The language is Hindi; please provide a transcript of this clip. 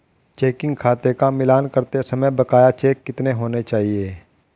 चेकिंग खाते का मिलान करते समय बकाया चेक कितने होने चाहिए?